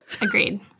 Agreed